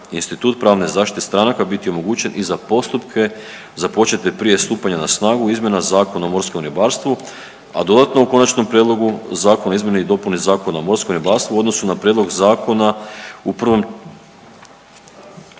institut pravne zaštite stranaka biti omogućen i za postupke započete prije stupanja na snagu izmjena Zakona o morskom ribarstvu, a dodatno u Konačnom prijedlogu Zakona o izmjeni i dopuni Zakona o morskom ribarstvu u odnosu na prijedlog zakona u prvom